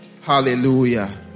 Hallelujah